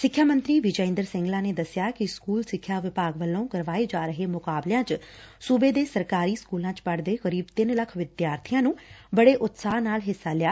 ਸਿੱਖਿਆ ਮਮਤੀ ਵੈਂ ਇੰਦਰ ਸਿੰਗਲਾ ਨੇ ਦੱਸਿਆ ਕਿ ਸਕੁਲ ਸਿੱਖਿਆ ਵਿਭਾਗ ਵਲੋਂ ਕਰਵਾਏ ਜਾ ਰਹੇ ਮੁਕਾਬਲਿਆ 'ਚ ਸੁਬੇ ਦੇ ਸਰਕਾਰੀ ਸਕੁਲਾਂ 'ਚ ਪੜਦੇ ਕਰੀਬ ਤਿਨ ਲੱਖ ਵਿਦਿਆਰਬੀਆਂ ਨੇ ਬੜੇ ਉਤਸ਼ਾਹ ਨਾਲ ਹਿੱਸਾ ਲਿਆ